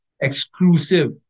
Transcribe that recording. Exclusive